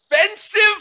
offensive